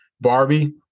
Barbie